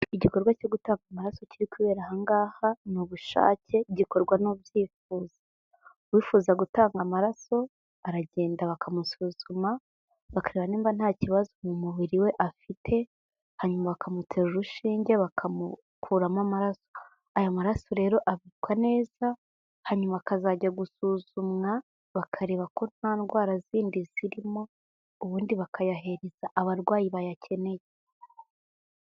Igikorwa cyo guta amaraso kiri kubera ahangaha ni ubushake gikorwa n'ubyifuza, uwifuza gutanga amaraso aragenda bakamusuzuma bakareba nimba nta kibazo mu mubiri we afite hanyuma bakamuteru urushinge bakamukuramo amaraso. Aya maraso rero afatwa neza hanyuma akazajya gusuzumwa bakareba ko nta ndwara zindi zirimo ubundi bakayahereza abarwayi bayakeneye.